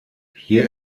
hier